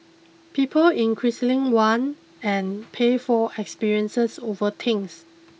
people increasingly want and pay for experiences over things